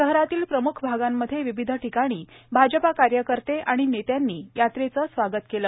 शहरातील प्रमुख भागामध्ये विविध ठिकाणी भाजपा कार्यकर्ते आणि नेत्यांनी यात्रेचं स्वागत केलं